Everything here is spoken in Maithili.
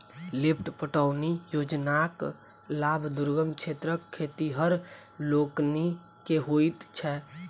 लिफ्ट पटौनी योजनाक लाभ दुर्गम क्षेत्रक खेतिहर लोकनि के होइत छै